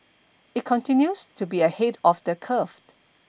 it continues to be ahead of the curve